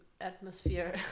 atmosphere